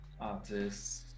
artists